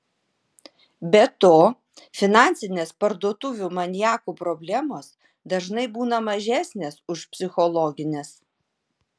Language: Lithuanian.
be to finansinės parduotuvių maniakų problemos dažnai būna mažesnės už psichologines